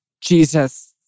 Jesus